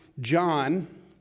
John